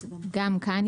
גם כאן,